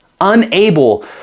unable